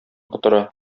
котыра